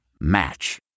Match